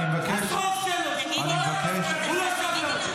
השרוך, טלי, אל תתעצבני,